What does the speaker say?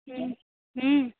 हुँ हुँ